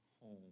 home